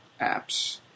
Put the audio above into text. apps